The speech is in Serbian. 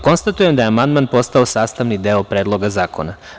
Konstatujem da je amandman postao sastavni deo Predloga zakona.